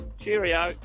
Cheerio